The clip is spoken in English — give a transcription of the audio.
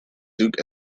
duke